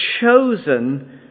chosen